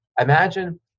Imagine